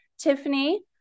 Tiffany